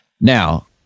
Now